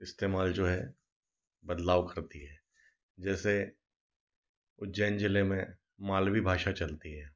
इस्तेमाल जो है बदलाव करती है जैसे उज्जैन ज़िले में मालवी भाषा चलती है